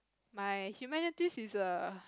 my humanities is err